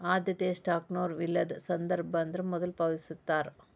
ಆದ್ಯತೆಯ ಸ್ಟಾಕ್ನೊರ ವಿಲೇನದ ಸಂದರ್ಭ ಬಂದ್ರ ಮೊದ್ಲ ಮರುಪಾವತಿಸ್ತಾರ